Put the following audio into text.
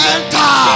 Enter